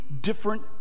different